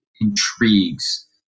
intrigues